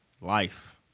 Life